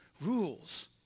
rules